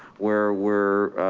where we're